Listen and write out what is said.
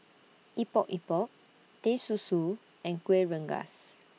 Epok Epok Teh Susu and Kuih Rengas